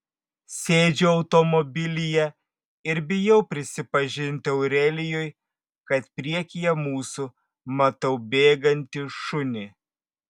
sėdžiu automobilyje ir bijau prisipažinti aurelijui kad priekyje mūsų matau bėgantį šunį